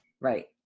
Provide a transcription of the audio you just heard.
Right